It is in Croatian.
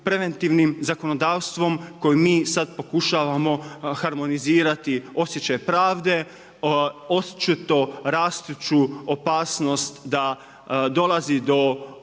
preventivnim zakonodavstvom koji mi sad pokušavamo harmonizirati osjećaj pravde, očito rastuću opasnost da dolazi do